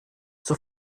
zur